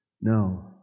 No